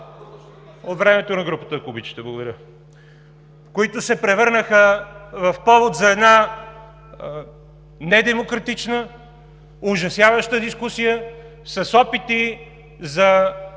обичате. Благодаря. …които се превърнаха в повод за една недемократична, ужасяваща дискусия с опити за